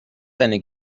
seine